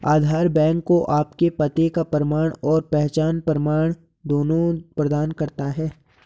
आधार bank को आपके पते का प्रमाण और पहचान प्रमाण दोनों प्रदान करता है